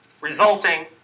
resulting